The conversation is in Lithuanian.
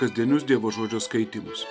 kasdienius dievo žodžio skaitymus